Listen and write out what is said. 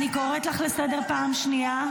אני קוראת אותך לסדר פעם שנייה.